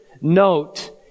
Note